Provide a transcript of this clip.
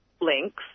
links